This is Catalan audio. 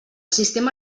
sistema